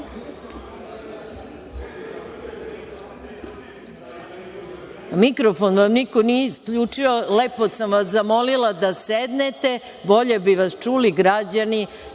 vam niko nije isključio. Lepo sam vas zamolila da sednete, bolje bi vas čuli građani